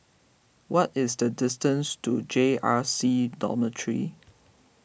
what is the distance to J R C Dormitory